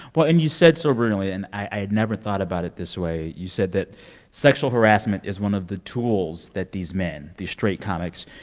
well, and you said soberingly and i had never thought about it this way you said that sexual harassment is one of the tools that these men, these straight comics,